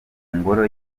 ngoro